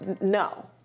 no